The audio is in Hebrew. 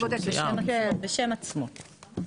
בשם עצמו.